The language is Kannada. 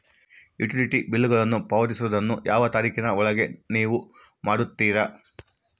ಯುಟಿಲಿಟಿ ಬಿಲ್ಲುಗಳನ್ನು ಪಾವತಿಸುವದನ್ನು ಯಾವ ತಾರೇಖಿನ ಒಳಗೆ ನೇವು ಮಾಡುತ್ತೇರಾ?